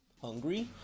Hungry